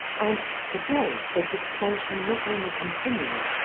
and today its expansion not only continues,